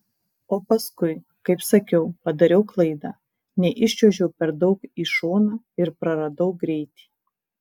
o paskui kaip sakiau padariau klaidą neiščiuožiau per daug į šoną ir praradau greitį